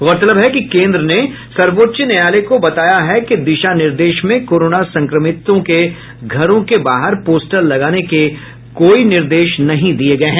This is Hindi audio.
गौरतलब है कि केन्द्र ने सर्वोच्च न्यायालय को बताया है कि दिशा निर्देश में कोरोना संक्रमित के घरों को बाहर पोस्टर लगाने के कोई निर्देश नहीं दिये गये हैं